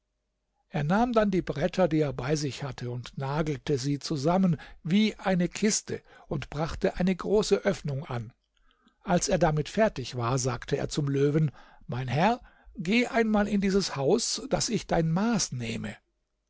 er nahm dann die bretter die er bei sich hatte und nagelte sie zusammen wie eine kiste und brachte eine große öffnung an als er damit fertig war sagte er zum löwen mein herr geh einmal in dieses haus daß ich dein maß nehme